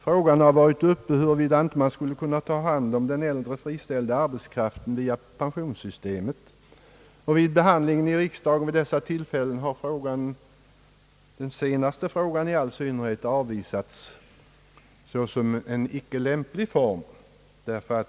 Man har också ifrågasatt om inte den äldre, friställda arbetskraften skulle kunna tas om hand via pensionssystemet. Vid behandlingen i riksdagen har dock de föreslagna utvägarna, i all synnerhet den senaste, avvisats såsom icke lämpliga.